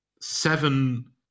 seven